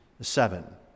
seven